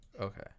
okay